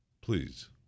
Please